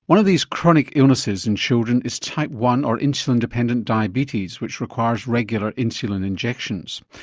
one of these chronic illnesses in children is type one, or insulin dependent diabetes which requires regular insulin injections.